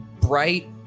bright